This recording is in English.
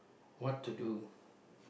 what to do